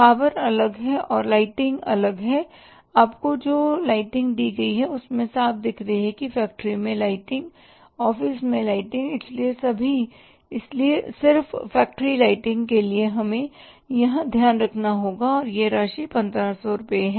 power अलग है और लाइटिंग अलग है और आपको जो लाइटिंग दी गई है उसमें साफ दिख रही है फैक्ट्री में लाइटिंग और ऑफ़िस में लाइटिंग है इसलिए सिर्फ फैक्ट्री लाइटिंग के लिए हमें यहां ध्यान रखना होगा और यह राशि 1500 रुपए है